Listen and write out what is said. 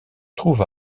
trouve